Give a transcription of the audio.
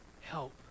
help